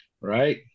right